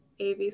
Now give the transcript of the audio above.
AV